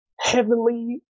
heavenly